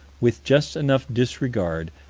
with just enough disregard,